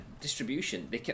distribution